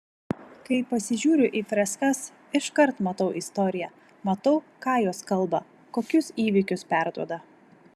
kai pasižiūriu į freskas iškart matau istoriją matau ką jos kalba kokius įvykius perduoda